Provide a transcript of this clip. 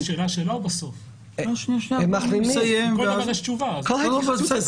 אמרת שאם יש מצב בריאותי